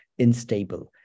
instable